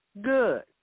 Good